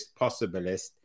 possibilist